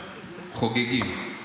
חוגגים.